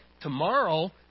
Tomorrow